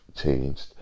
changed